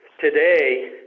today